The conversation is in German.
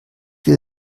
will